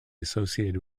associated